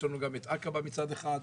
יש לנו גם את עקבה מצד אחד,